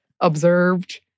observed